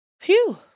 Phew